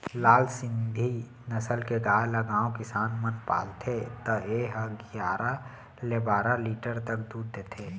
लाल सिंघी नसल के गाय ल गॉँव किसान मन पालथे त ए ह गियारा ले बारा लीटर तक दूद देथे